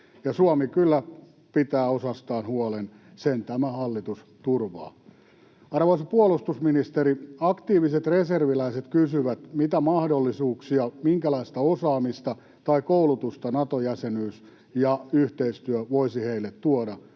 Suomi kyllä pitää osastaan huolen, sen tämä hallitus turvaa. Arvoisa puolustusministeri, aktiiviset reserviläiset kysyvät, mitä mahdollisuuksia, minkälaista osaamista tai koulutusta Nato-jäsenyys ja ‑yhteistyö voisi heille tuoda.